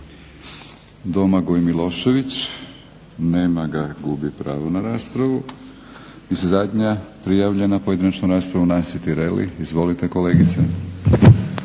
Domagoj Milošević. Nema ga, gubi pravo na raspravu. I zadnja prijavljena pojedinačna rasprava Nansi Tireli. Izvolite kolegice.